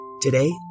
Today